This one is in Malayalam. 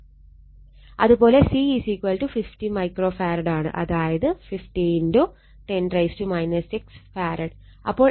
അത് പോലെ C 50 മൈക്രോ ഫാരഡ് ആണ് അതായത് 50 10 6 ഫാരഡ്